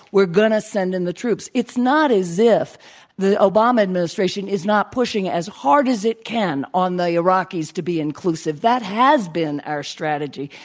we're going to send in the troops. it's not as if the obama administration is not pushing as hard as it can on the iraqis to be inclusive. that has been our strategy.